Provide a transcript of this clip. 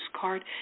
card